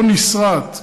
לא נסרט,